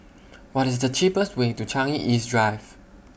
What IS The cheapest Way to Changi East Drive